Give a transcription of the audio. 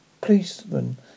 policeman